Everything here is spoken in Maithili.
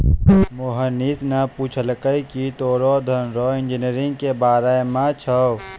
मोहनीश ने पूछलकै की तोरा धन रो इंजीनियरिंग के बारे मे छौं?